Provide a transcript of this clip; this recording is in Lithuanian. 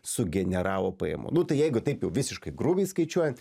sugeneravo pajamų nu tai jeigu taip jau visiškai grubiai skaičiuojant